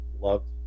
loved